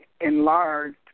enlarged